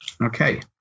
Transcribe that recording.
Okay